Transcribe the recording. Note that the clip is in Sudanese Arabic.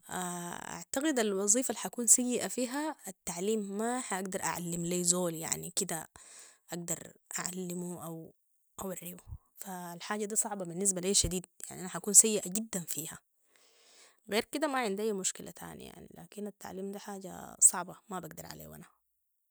أعتقد أن الوظيفة الحأكون سيئة فيها التعليم ما حأقدر أعلم لي زول يعني كده اقدر أعلمه أو أرويو فالحاجه دي صعبه بالنسبة لي شديد يعني انا حاكون سيئة جدا فيها ،غير كده انا ما عندي أي مشكلة تاني يعني لكن التعليم ده حاجه صعبه ما بقدر عليو انا